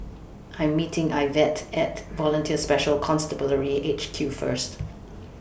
I Am meeting Ivette At Volunteer Special Constabulary H Q First